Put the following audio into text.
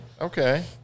Okay